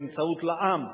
באמצעות לע"מ,